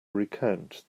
recount